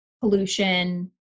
pollution